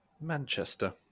Manchester